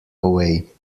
away